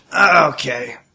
Okay